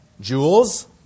Jewels